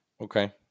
Okay